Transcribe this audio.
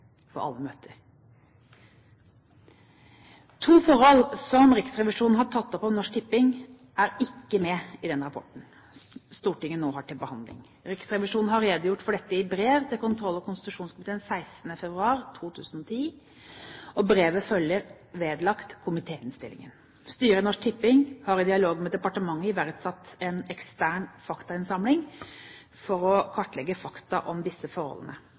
To forhold som Riksrevisjonen har tatt opp om Norsk Tipping, er ikke med i den rapporten Stortinget nå har til behandling. Riksrevisjonen har redegjort for dette i brev til kontroll- og konstitusjonskomiteen 16. februar 2010. Brevet følger vedlagt komitéinnstillingen. Styret i Norsk Tipping har i dialog med departementet iverksatt en ekstern faktainnsamling for å kartlegge fakta om disse forholdene.